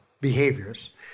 behaviors